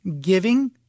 giving